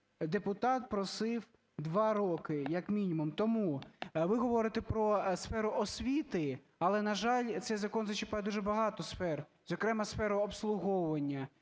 Депутат просив 2 роки, як мінімум. Тому ви говорите про сферу освіту, але, на жаль, цей закон зачіпає дуже багато сфер, зокрема, сферу обслуговування.